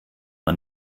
man